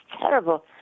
terrible